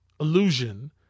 Illusion